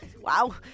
Wow